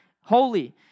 holy